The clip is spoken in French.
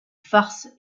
farce